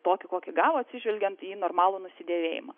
tokį kokį gavo atsižvelgiant į normalų nusidėvėjimą